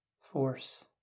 force